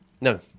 No